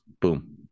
boom